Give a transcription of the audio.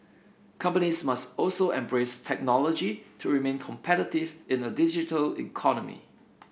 companies must also embrace technology to remain competitive in a digital economy